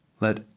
let